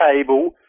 table